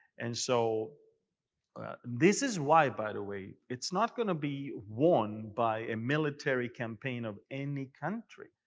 and so this is why, by the way, it's not going be won by a military campaign of any country,